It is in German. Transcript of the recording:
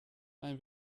ein